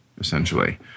essentially